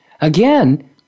again